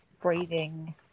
breathing